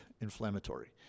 inflammatory